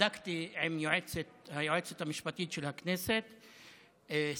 בדקתי עם היועצת המשפטית של הכנסת שגית,